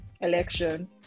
election